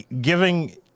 giving